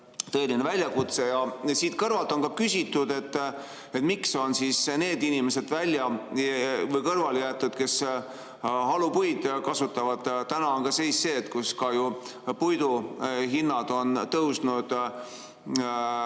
tõeline väljakutse. Ja siit kõrvalt on ka küsitud, miks on need inimesed välja või kõrvale jäetud, kes halupuid kasutavad. Täna on seis selline, kus ka puidu hinnad on tõusnud